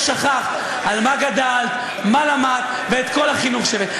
שכחת על מה גדלת ומה למדת ואת כל החינוך שלך.